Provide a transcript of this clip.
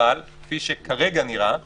אבל, כפי שנראה כרגע,